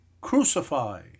Crucify